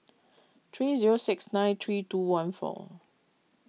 three zero six nine three two one four